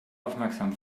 aufmerksam